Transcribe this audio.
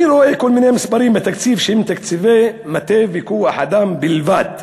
אני רואה כל מיני מספרים בתקציב שהם תקציבי מטה וכוח-אדם בלבד.